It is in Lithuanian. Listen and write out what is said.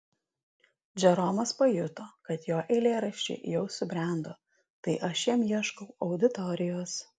džeromas pajuto kad jo eilėraščiai jau subrendo tai aš jam ieškau auditorijos